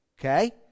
Okay